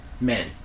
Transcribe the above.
men